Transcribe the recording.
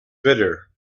bitter